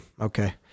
Okay